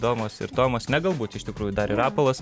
domas ir tomas ne galbūt iš tikrųjų dar ir rapolas